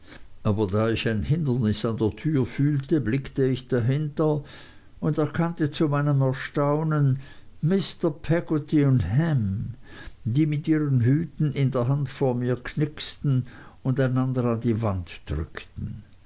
aber da ich ein hindernis an der tür fühlte blickte ich dahinter und erkannte zu meinem erstaunen mr peggotty und ham die mit ihren hüten in der hand vor mir knixten und einander an die wand drückten